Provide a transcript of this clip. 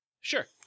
Sure